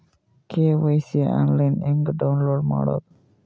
KYC online ಹೆಂಗ್ download ಮಾಡೋದು?